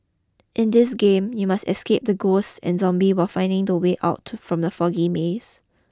in this game you must escape the ghosts and zombies while finding the way out from the foggy maze